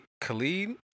Khalid